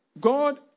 god